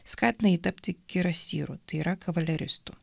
skatina jį tapti gerasyru tai yra kavaleristu